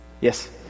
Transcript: Yes